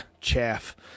chaff